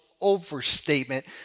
overstatement